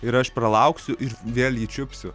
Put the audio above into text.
ir aš pralauksiu ir vėl jį čiupsiu